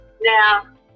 Now